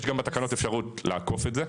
יש גם בתקנות אפשרות לעקוף את זה,